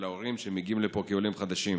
ילדים להורים שמגיעים לפה כעולים חדשים